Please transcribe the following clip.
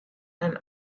and